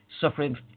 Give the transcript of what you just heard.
suffering